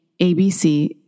ABC